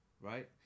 right